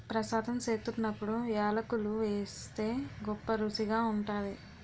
ప్రసాదం సేత్తున్నప్పుడు యాలకులు ఏస్తే గొప్పరుసిగా ఉంటాది